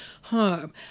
harm